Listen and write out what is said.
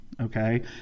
okay